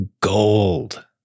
gold